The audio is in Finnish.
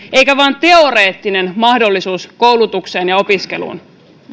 eikä vain teoreettinen mahdollisuus koulutukseen ja opiskeluun